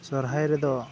ᱥᱚᱨᱦᱟᱭ ᱨᱮᱫᱚ